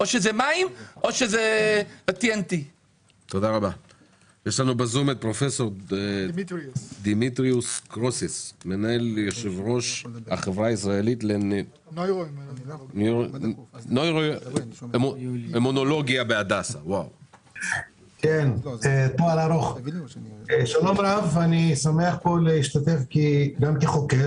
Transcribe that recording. מים או T.N.T. אני שמח להשתתף בדיון הזה כחוקר